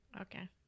Okay